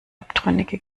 abtrünnige